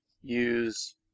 use